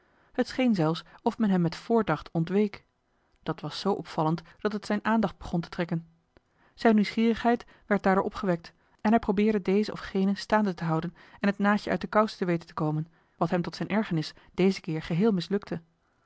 het scheen zelfs of men hem met voordacht ontweek dat was zoo opvallend dat het zijn aandacht begon te trekken zijn nieuwsgierigheid werd daardoor opgewekt en hij probeerde dezen of genen staande te houden en het naadje uit de kous te weten te komen wat hem tot zijn ergenis dezen keer geheel mislukte